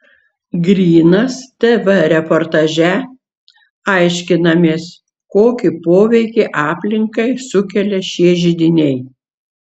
grynas tv reportaže aiškinamės kokį poveikį aplinkai sukelia šie židiniai